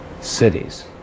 cities